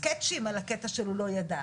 סקצ'ים על הקטע של הוא לא ידע.